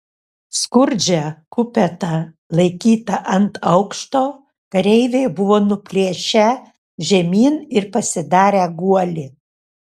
skurdžią kupetą laikytą ant aukšto kareiviai buvo nuplėšę žemyn ir pasidarę guolį